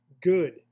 Good